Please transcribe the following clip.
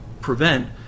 Prevent